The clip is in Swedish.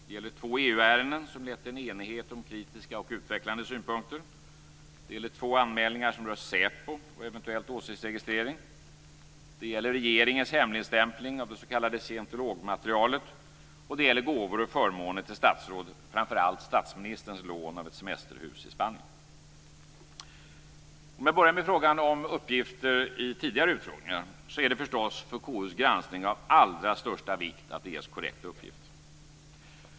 Det gäller två EU-ärenden som lett till enighet om kritiska och utvecklande synpunkter. Det gäller två anmälningar som rör säpo och eventuell åsiktsregistrering. Det gäller regeringens hemligstämpling av det s.k. scientologmaterialet, och det gäller gåvor och förmåner till statsråd, framför allt statsministerns lån av ett semesterhus i Spanien. Jag börjar med frågan om uppgifter i tidigare utfrågningar. Det är för KU:s granskning av allra största vikt att det ges korrekta uppgifter.